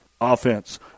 offense